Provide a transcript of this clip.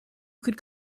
could